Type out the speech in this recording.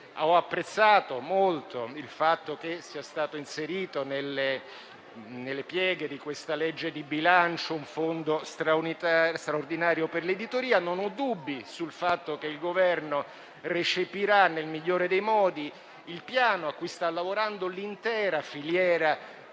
ho apprezzato molto il fatto che sia stato inserito, nelle pieghe di questa legge di bilancio, un fondo straordinario per l'editoria. Non ho dubbi sul fatto che il Governo recepirà nel migliore dei modi il piano cui sta lavorando l'intera filiera